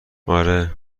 آره